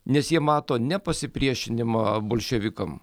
nes jie mato ne pasipriešinimą bolševikam